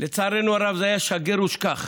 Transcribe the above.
לצערנו הרב זה היה שגר ושכח.